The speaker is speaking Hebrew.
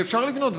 ואפשר לבנות,